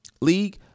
League